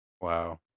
Wow